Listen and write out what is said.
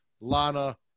Lana